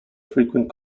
frequent